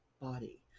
body